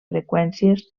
freqüències